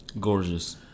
gorgeous